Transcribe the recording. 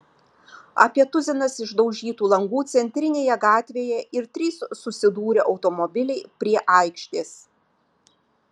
apie tuzinas išdaužytų langų centrinėje gatvėje ir trys susidūrę automobiliai prie aikštės